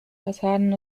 fassaden